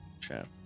Chat